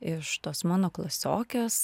iš tos mano klasiokės